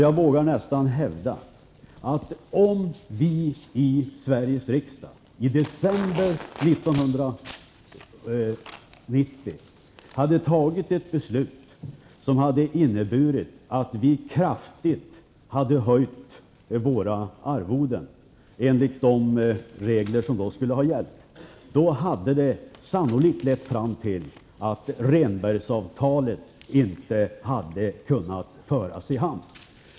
Jag vågar nästan hävda att om vi i Sveriges riksdag i december 1990 hade fattat ett beslut som hade inneburit att vi kraftigt hade höjt våra arvoden enligt de regler som då skulle ha gällt, hade det sannolikt lett fram till att Rehnbergsavtalet inte hade kunnat föras i hamn.